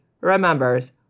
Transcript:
remembers